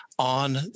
on